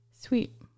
Sweet